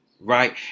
right